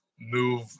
move